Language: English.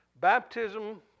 Baptism